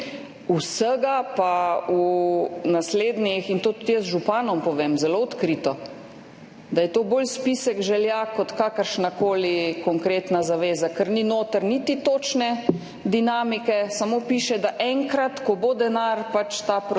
vsega pa v naslednjih, in to tudi jaz županom povem zelo odkrito, da je to bolj spisek želja kot kakršnakoli konkretna zaveza, ker ni noter niti točne dinamike, samo piše, da enkrat, ko bo denar, pač ta projekt